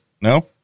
no